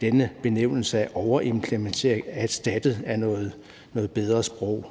denne benævnelse af overimplementering erstattet af noget sprogligt